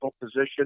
position